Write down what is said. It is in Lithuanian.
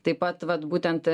taip pat vat būtent